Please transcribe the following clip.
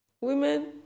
women